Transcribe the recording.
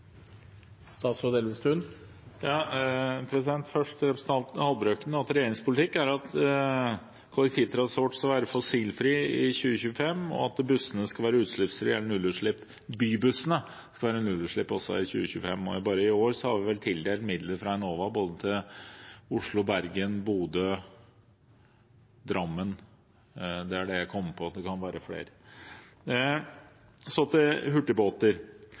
at kollektivtransport skal være fossilfri i 2025, og at også bybussene skal være utslippsfrie eller ha nullutslipp i 2025. I år har vi tildelt midler fra Enova til både Oslo, Bergen, Bodø og Drammen – det er det jeg kommer på, det kan være flere. Så til hurtigbåter: